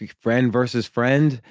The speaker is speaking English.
friend versus friend.